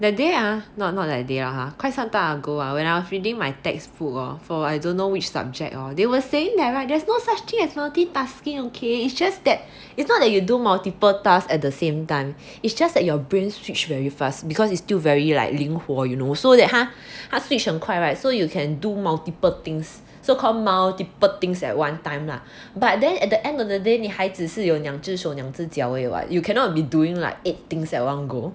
that day ah not that day ah quite some time ago ah when I was reading my textbook hor for I don't know which subject hor they were saying that right there's no such thing as multitasking okay it's just that it's not that you do multiple tasks at the same time it's just that your brains switch very fast because it's still very like 灵活 you know so that 他他 switch 很快 right so you can do multiple things so called multiple things at one time lah but then at the end of the day 你还只是有两只手两只脚而已 [what] you cannot be doing like eight things at one go